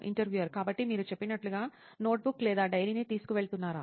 interviewer కాబట్టి మీరు చెప్పినట్లుగా నోట్బుక్ లేదా డైరీని తీసుకువెళుతున్నారా